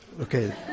Okay